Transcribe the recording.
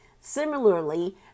Similarly